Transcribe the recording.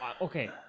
Okay